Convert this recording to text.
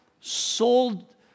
sold